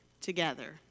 together